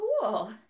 cool